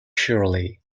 surely